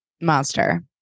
Monster